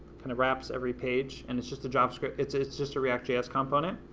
kind of wraps every page, and it's just a javascript, it's it's just a react js component.